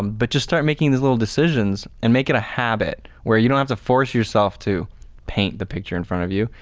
um but just start making these little decisions and making it a habit where you don't have to force yourself to paint the picture in front of you.